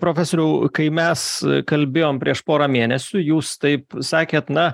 profesoriau kai mes kalbėjom prieš porą mėnesių jūs taip sakėt na